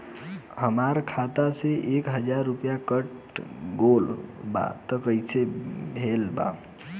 हमार खाता से एक हजार रुपया कट गेल बा त कइसे भेल बा?